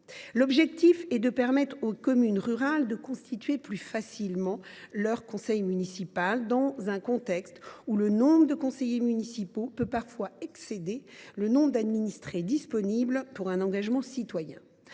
L’objectif est de permettre aux communes rurales de constituer plus facilement leur conseil municipal, dans un contexte où le nombre de conseillers municipaux peut parfois excéder le nombre d’administrés disponibles pour un engagement citoyen.